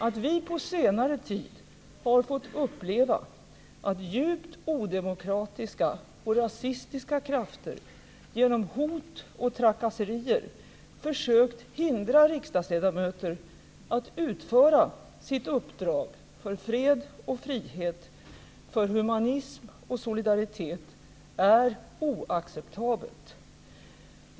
Att vi på senare tid har fått uppleva att djupt odemokratiska och rasistiska krafter genom hot och trakasserier försökt hindra riksdagsledamöter att utföra sitt uppdrag för fred och frihet, för humanism och solidaritet, är oacceptabelt.